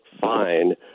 fine